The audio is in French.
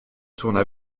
tourna